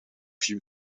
few